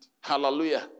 Hallelujah